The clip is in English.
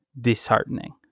disheartening